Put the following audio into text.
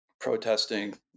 protesting